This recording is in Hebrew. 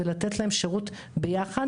ולתת להם שירות ביחד.